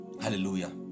Hallelujah